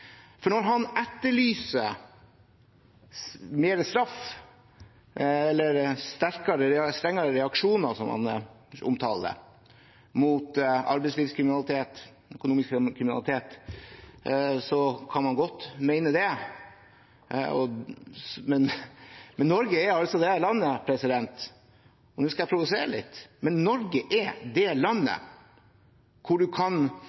Når han etterlyser mer straff, eller strengere reaksjoner, som han omtaler det, mot arbeidslivkriminalitet, økonomisk kriminalitet, kan han godt mene det. Nå skal jeg provosere litt, men Norge er det landet hvor du kan få lavere straff for å gruppevoldta et barn enn du får for å begå arbeidslivskriminalitet. Det